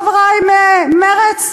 חברי ממרצ?